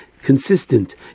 Consistent